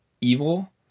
evil